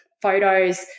photos